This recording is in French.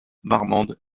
marmande